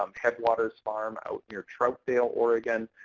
um headwaters farm out near troutdale, oregon.